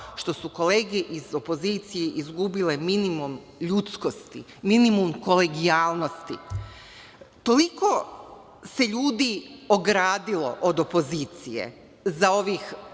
što su kolege iz opozicije izgubile minimum ljudskosti, minimum kolegijalnosti. Toliko se ljudi ogradilo od opozicije za ovih